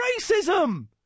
racism